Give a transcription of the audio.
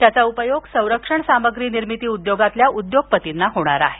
त्याचा उपयोग संरक्षण सामग्री निर्मिती उद्योगातील उद्योगपतींना होणार आहे